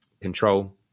control